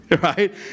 right